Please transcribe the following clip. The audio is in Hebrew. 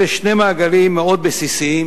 אלה שני מעגלים מאוד בסיסיים,